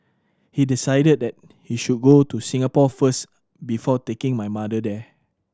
he decided that he should go to Singapore first before taking my mother there